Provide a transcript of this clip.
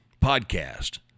podcast